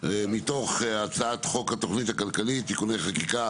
מתוך הצעת חוק התוכנית הכלכלית (תיקוני חקיקה